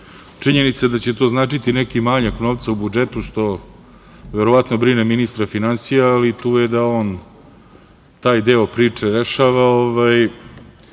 Činjenica da će to značiti neki manjak novca u budžetu, što verovatno brine ministra finansija, ali tu je da on taj deo priče rešava,